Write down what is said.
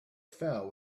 fell